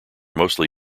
mostly